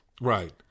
Right